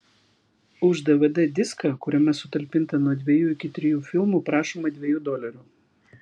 už dvd diską kuriame sutalpinta nuo dviejų iki trijų filmų prašoma dviejų dolerių